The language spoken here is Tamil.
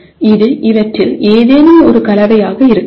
இது இவற்றில் ஏதேனும் ஒரு கலவையாக இருக்கலாம்